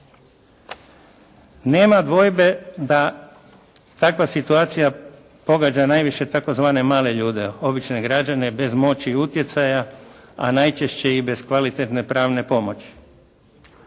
Nema dvojbe da takva situacija pogađa najviše tzv. male ljude, obične građane bez moći i utjecaja a najčešće i bez kvalitetne pravne pomoći.